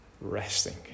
resting